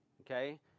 Okay